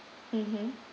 mmhmm